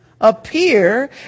appear